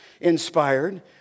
inspired